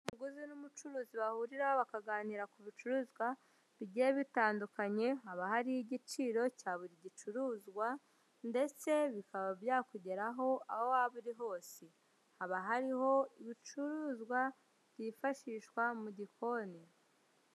Umuguzi n'umucuruzi bahuriraho bakaganira ku bicuruzwa bigiye bitandukanye haba hariho igiciro cya buri gicuruzwa ndetse bikaba byakugeraho aho waba uri hose. Haba hariho ibicuruzwa byifashishwa mu gikoni.